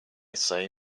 say